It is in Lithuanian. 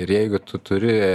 ir jeigu tu turi